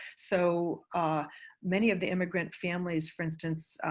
so many of the immigrant families, for instance,